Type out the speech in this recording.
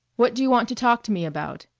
what do you want to talk to me about?